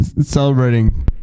celebrating